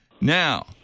Now